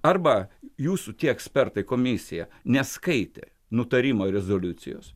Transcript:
arba jūsų tie ekspertai komisija neskaitė nutarimo ir rezoliucijos